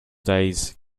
days